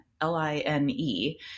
L-I-N-E